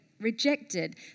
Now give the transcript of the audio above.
rejected